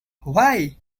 why